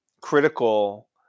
critical